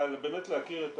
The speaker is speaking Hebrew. באמת להכיר את